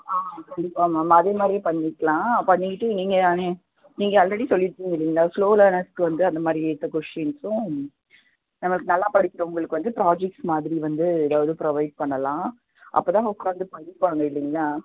ஆ கண்டிப்பாக மேம் அதே மாதிரியே பண்ணிக்கலாம் பண்ணிவிட்டு நீங்கள் தானே நீங்கள் ஆல்ரெடி சொல்லியிருக்கீங்க இல்லைங்களா ஸ்லோ லேர்னெர்ஸ்சுக்கு வந்து அந்தமாதிரி இருக்க கொஷின்ஸும் நமக்கு நல்லா படிக்கிறவங்களுக்கு வந்து ப்ராஜெக்ட்ஸ் மாதிரி வந்து ஏதாவது ப்ரொவைட் பண்ணலாம் அப்போதான் உக்காந்து படிப்பாங்க இல்லைங்களா